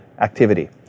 activity